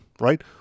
right